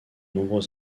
nombreux